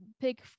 pick